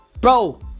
Bro